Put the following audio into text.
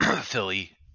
Philly